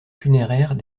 funéraire